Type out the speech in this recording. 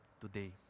today